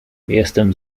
jestem